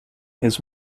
his